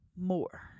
more